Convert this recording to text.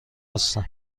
هستم